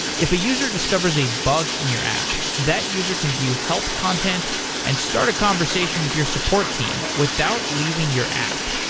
if a user discovers a bug in your app, that user can view help content and start a conversation with your support team without leaving your app.